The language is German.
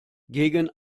gegen